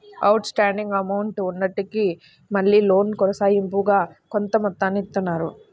out standing amount ఉన్నప్పటికీ మళ్ళీ loan కొనసాగింపుగా కొంత మొత్తాన్ని ఇత్తన్నారు